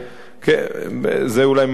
זה אולי מובן.